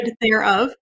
thereof